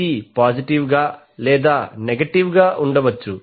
ఇది పాజిటివ్ గా లేదా నెగటివ్ గా ఉండవచ్చు